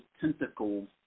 tentacles